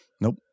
Nope